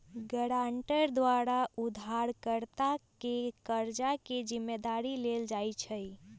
guarantor द्वारा उधारकर्ता के कर्जा के जिम्मदारी लेल जाइ छइ